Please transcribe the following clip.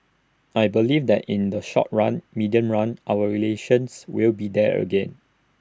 I believe that in the short run medium run our relations will be there again